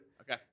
Okay